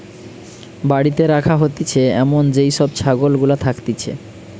বাড়িতে রাখা হতিছে এমন যেই সব ছাগল গুলা থাকতিছে